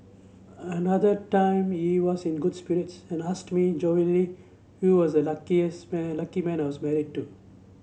another time he was in good spirits and asked me jovially who was the luckiest man lucky man I was married to